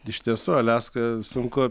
iš tiesų aliaską sunku